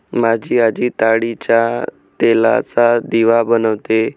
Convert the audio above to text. माझी आजी ताडीच्या तेलाचा दिवा लावते